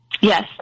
yes